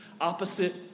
opposite